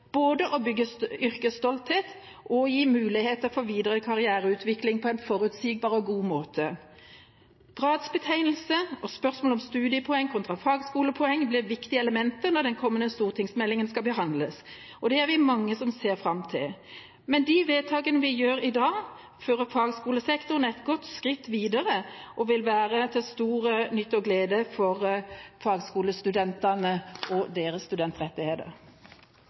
både å bygge yrkesstolthet og gi muligheter for videre karriereutvikling på en forutsigbar og god måte. Gradsbetegnelse og spørsmål om studiepoeng kontra fagskolepoeng blir viktige elementer når den kommende stortingsmeldinga skal behandles. Det er vi mange som ser fram til. De vedtakene vi gjør i dag, fører fagskolesektoren et godt skritt videre og vil være til stor nytte og glede for fagskolestudentene og deres studentrettigheter.